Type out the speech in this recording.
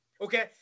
okay